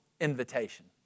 invitation